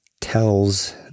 tells